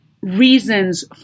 reasons